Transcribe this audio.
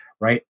right